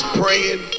praying